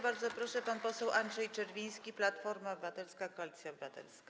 Bardzo proszę, pan poseł Andrzej Czerwiński, Platforma Obywatelska - Koalicja Obywatelska.